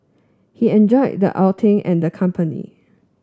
he enjoyed the outing and the company